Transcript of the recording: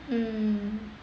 mm